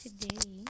today